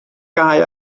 gau